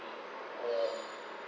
ya